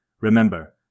Remember